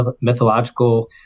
mythological